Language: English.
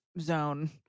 Zone